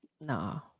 No